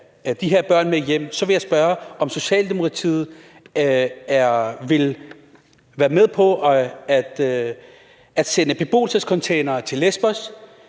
de her børn hjem, vil jeg spørge, om Socialdemokratiet vil være med på at sende beboelsescontainere til Lesbos,